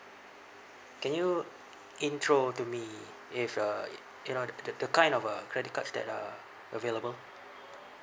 can you intro to me if uh you know the the the kind of uh credit cards that are available